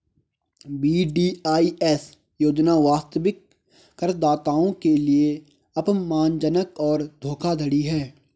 VDIS योजना वास्तविक करदाताओं के लिए अपमानजनक और धोखाधड़ी है